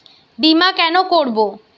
বিমা কেন করব?